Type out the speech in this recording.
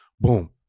Boom